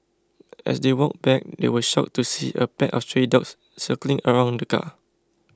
as they walked back they were shocked to see a pack of stray dogs circling around the car